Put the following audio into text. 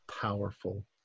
powerful